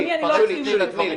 אדוני, אני לא אסכים לזה כמובן.